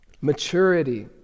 Maturity